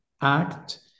act